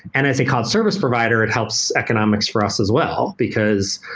and as a cloud service provider, it helps economics for us as well. because,